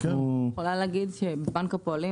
אני יכולה להגיד שבבנק הפועלים,